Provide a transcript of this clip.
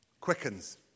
quickens